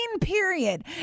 period